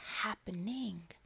happening